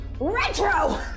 RETRO